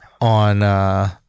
on